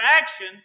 action